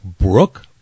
Brooke